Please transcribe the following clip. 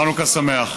חנוכה שמח.